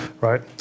right